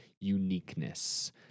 uniqueness